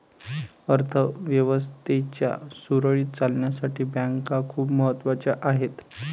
अर्थ व्यवस्थेच्या सुरळीत चालण्यासाठी बँका खूप महत्वाच्या आहेत